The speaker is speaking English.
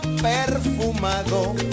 perfumado